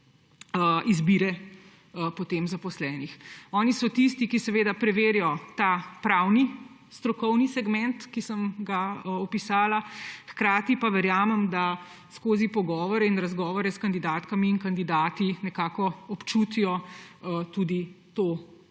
izbire zaposlenih. Oni so tisti, ki preverijo pravni strokovni segment, ki sem ga opisala, hkrati pa verjamem, da skozi pogovore in razgovore s kandidatkami in kandidati nekako občutijo tudi ta